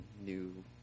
new